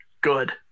Good